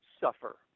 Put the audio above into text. suffer